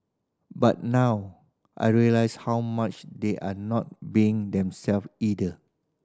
but now I realise how much they're not being themselves either